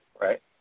right